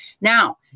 now